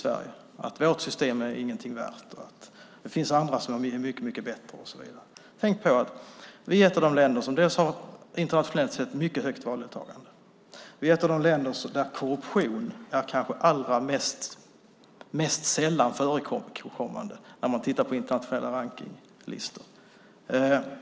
Vårt system är ingenting värt, det finns andra som har ett mycket bättre system och så vidare. Tänk på att vi är ett av de länder som internationellt sett har ett mycket högt valdeltagande. Vi är ett av de länder där korruption kanske allra mest sällan förekommer, om man tittar på internationella rankningslistor.